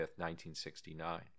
1969